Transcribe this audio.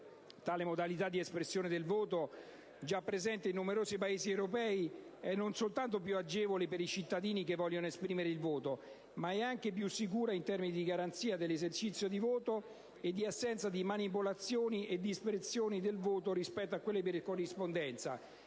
Tale modalità di espressione del voto, già presente in numerosi Paesi europei, è non soltanto più agevole per i cittadini che vogliono esprimere il voto, ma è anche più sicura in termini di garanzia dell'esercizio di voto e di assenza di manipolazioni e dispersioni del voto rispetto a quella per corrispondenza.